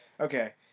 Okay